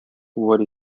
woody